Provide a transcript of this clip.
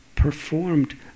performed